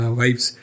wives